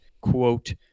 quote